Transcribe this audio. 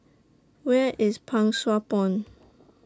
Where IS Pang Sua Pond